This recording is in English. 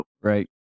Right